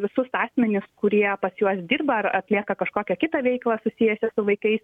visus asmenis kurie pas juos dirba ar atlieka kažkokią kitą veiklą susijusią su vaikais